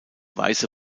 weiße